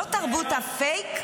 לא תרבות הפייק.